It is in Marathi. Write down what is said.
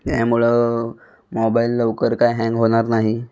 त्यामुळं मोबाईल लवकर काय हँग होणार नाही